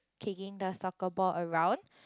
kicking the soccer ball around